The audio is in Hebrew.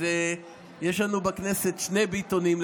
אז יש לנו בכנסת שני ביטונים,